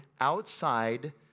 outside